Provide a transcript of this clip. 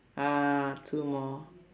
uh two more